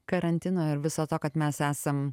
karantino ir viso to kad mes esam